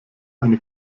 eine